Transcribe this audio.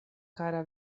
kara